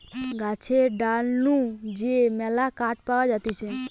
গাছের ডাল নু যে মেলা কাঠ পাওয়া যাতিছে